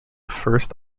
first